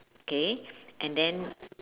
K and then